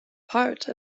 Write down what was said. part